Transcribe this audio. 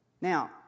Now